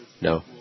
No